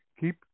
keep